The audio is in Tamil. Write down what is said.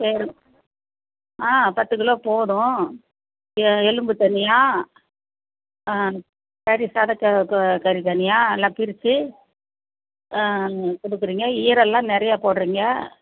சரி ஆ பத்து கிலோ போதும் எ எலும்பு தனியாக ஆ கறி சதை க க கறி தனியாக எல்லாம் பிரித்து ஆ கொடுக்குறீங்க ஈரெல்லாம் நிறையா போடுறீங்க